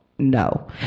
No